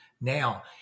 now